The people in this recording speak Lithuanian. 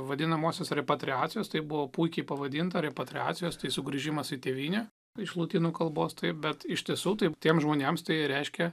vadinamosios repatriacijos tai buvo puikiai pavadinta repatriacijos tai sugrįžimas į tėvynę iš lotynų kalbos taip bet iš tiesų taip tiem žmonėms tai reiškė